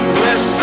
bless